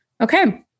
okay